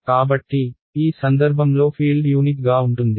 కాబట్టి ఈ సందర్భంలో ఫీల్డ్ యూనిక్ గా ఉంటుంది